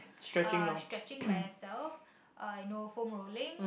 uh stretching by yourself I know foam rolling